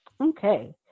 Okay